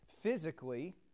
physically